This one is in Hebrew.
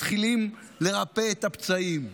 מתחילים לרפא את הפצעים.